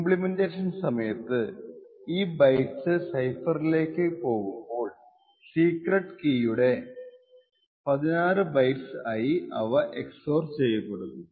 implementation സമയത്തു ഈ bytes സൈഫെർലേക്ക് പോകുമ്പോൾ സീക്രെട്ട് കീയുടെ 16 ബൈറ്റ്സ് ആയി ഇവ XOR ചെയ്യപ്പെടുന്നു